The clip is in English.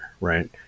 right